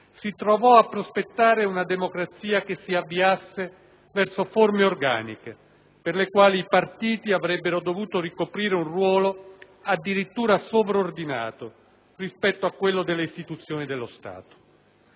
si trovò a prospettare una democrazia che si avviasse verso forme organiche per le quali i partiti avrebbero dovuto ricoprire un ruolo addirittura sovraordinato rispetto a quello delle istituzioni dello Stato.